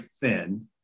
thin